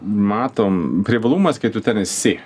matom privalumas kai tu ten esi